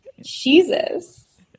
Jesus